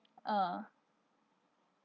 ah